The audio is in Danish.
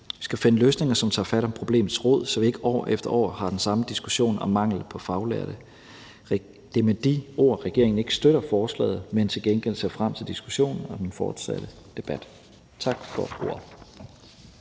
Vi skal finde løsninger, som tager fat om problemets rod, så vi ikke år efter år har den samme diskussion om mangel på faglærte. Det er med de ord, jeg vil sige, at regeringen ikke støtter forslaget, men til gengæld ser frem til diskussionen og den fortsatte debat. Tak for ordet.